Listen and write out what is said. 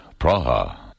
Praha